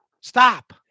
Stop